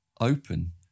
open